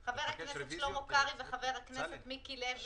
של כמה?